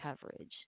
coverage